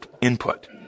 input